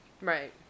Right